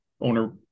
owner